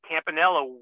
Campanella